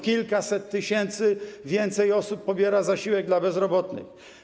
Kilkaset tysięcy więcej osób pobiera zasiłek dla bezrobotnych.